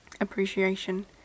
appreciation